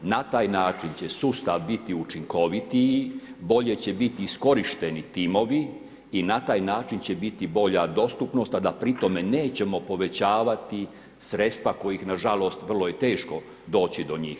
Na taj način će sustav biti učinkovitiji, bolje će biti iskorišteni timovi i na taj način će biti bolja dostupnost, a da pri tome nećemo povećavati sredstva kojih na žalost vrlo je teško doći do njih.